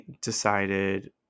decided